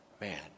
man